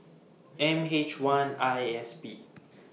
M H one I S P